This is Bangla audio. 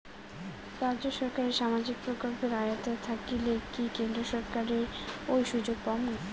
রাজ্য সরকারের সামাজিক প্রকল্পের আওতায় থাকিলে কি কেন্দ্র সরকারের ওই সুযোগ পামু?